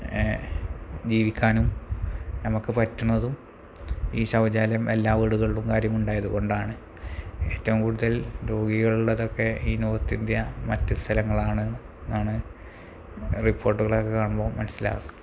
ജീവിക്കാനും നമുക്ക് പറ്റുന്നതും ഈ ശൗചാലയം എല്ലാ വീടുകളിലും കാര്യമുണ്ടായതു കൊണ്ടാണ് ഏറ്റവും കൂടുതൽ രോഗികളുള്ളതൊക്കെ ഈ നോർത്ത് ഇന്ത്യ മറ്റു സ്ഥലങ്ങളാണെന്നാണ് റിപ്പോർട്ടുകളൊക്കെ കാണുമ്പോൾ മനസ്സിലാവുക